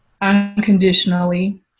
unconditionally